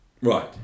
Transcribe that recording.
right